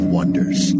Wonders